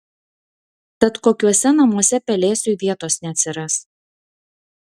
tad kokiuose namuose pelėsiui vietos neatsiras